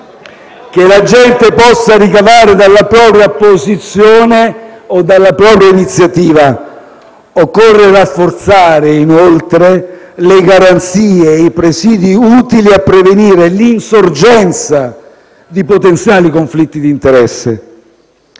che la gente possa ricavare dalla propria posizione o dalla propria iniziativa. Occorre rafforzare inoltre le garanzie e i presidi utili a prevenire l'insorgenza di potenziale conflitto di interesse.